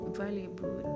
valuable